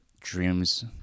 dreams